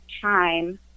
time